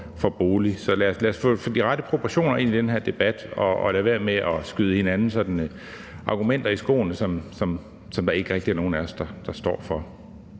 Så lad os få de rette proportioner ind i den her debat og lade være med at skyde hinanden sådanne argumenter i skoene, som der ikke rigtig er nogen af os der står for.